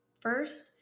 First